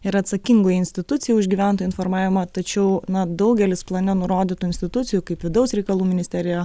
yra atsakingų institucijų už gyventojų informavimą tačiau na daugelis plane nurodytų institucijų kaip vidaus reikalų ministerija